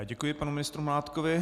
Děkuji panu ministru Mládkovi.